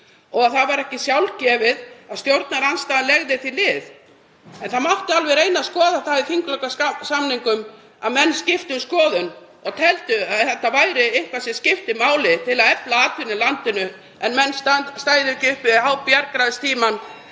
og það var ekki sjálfgefið að stjórnarandstaðan legði því lið, en það mátti alveg reyna að skoða það í þinglokasamningum að menn skiptu um skoðun og teldu að þetta væri eitthvað sem skipti máli til að efla atvinnu í landinu og menn stæðu ekki uppi um hábjargræðistímann